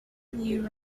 you